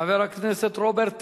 חבר הכנסת רוברט טיבייב.